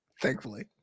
thankfully